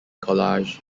collage